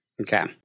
Okay